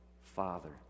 Father